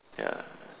ya